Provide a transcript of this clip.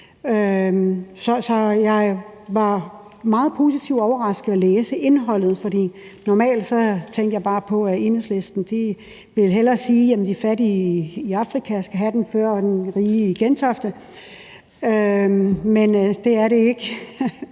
jeg var meget positivt overrasket, da jeg læste indholdet i forslaget. For normalt ville jeg bare tænke, at Enhedslisten ville sige, at de fattige i Afrika skal have dem før de rige i Gentofte. Men sådan er det ikke.